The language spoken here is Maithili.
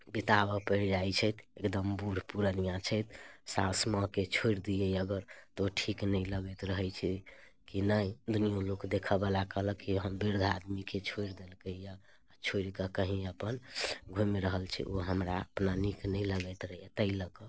बिताबय पड़ि जाइत छै एकदम बूढ़ पुरनिया छथि सासुमाँके छोड़ि दियै अगर तऽ ओ ठीक नहि लगैत रहैत छै की नहि दुनिआँमे लोक देखयवला कहलक कि हँ वृद्ध आदमीके छोड़ि देलकै यए छोड़ि कऽ कहीँ अपन घुमि रहल छै ओ हमरा अपना नीक नहि लगैत रहैए ताहि लऽ कऽ